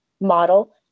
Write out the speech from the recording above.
model